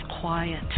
quiet